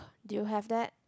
do you have that